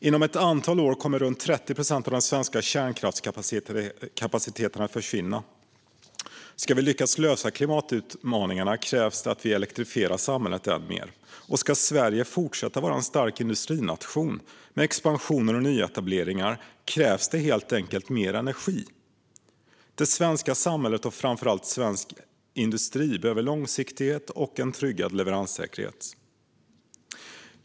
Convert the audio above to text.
Inom ett antal år kommer runt 30 procent av den svenska kärnkraftskapaciteten att försvinna. Ska vi lyckas lösa klimatutmaningarna krävs det att vi elektrifierar samhället ännu mer, och ska Sverige fortsätta att vara en stark industrination med expansioner och nyetableringar krävs det helt enkelt mer energi. Det svenska samhället och framför allt svensk industri behöver långsiktighet och en tryggad leveranssäkerhet.